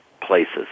places